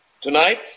Tonight